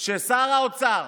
ששר האוצר